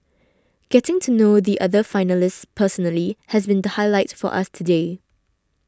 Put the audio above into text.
getting to know the other finalists personally has been the highlight for us today